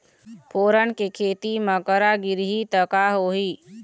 फोरन के खेती म करा गिरही त का होही?